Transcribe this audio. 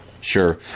sure